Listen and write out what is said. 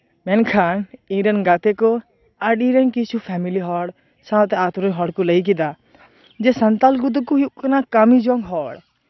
ᱢᱮᱱᱠᱷᱟᱱ ᱤᱧ ᱨᱮᱱ ᱜᱟᱛᱮ ᱠᱚ ᱤᱧᱨᱮᱱ ᱠᱤᱪᱷᱩ ᱯᱷᱮᱢᱮᱞᱤ ᱦᱚᱲ ᱥᱟᱶᱛᱮ ᱟᱹᱛᱩ ᱨᱮᱱ ᱦᱚᱲ ᱠᱚ ᱞᱟᱹᱭ ᱠᱮᱫᱟ ᱡᱮ ᱥᱟᱱᱛᱟᱞ ᱠᱚᱫᱚ ᱠᱚ ᱦᱩᱭᱩᱜ ᱠᱟᱱᱟ ᱠᱟᱹᱢᱤ ᱡᱚᱝ ᱦᱚᱲ